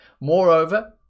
Moreover